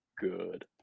good